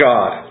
God